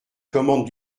commandent